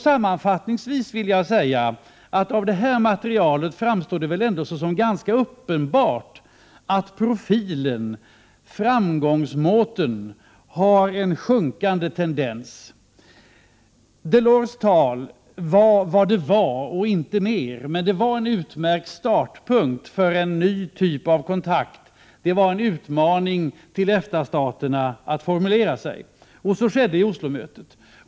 Sammanfattningsvis vill jag säga att av detta material framstår väl ändå som ganska uppenbart att profilen, ”fremgangsmåten”, har en sjunkande tendens. Delors tal var vad det var och inte mer, men det var en utmärkt startpunkt för en ny typ av kontakt. Det var en utmaning till EFTA-staterna att formulera sig. Och så skedde vid Oslo-mötet.